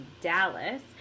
Dallas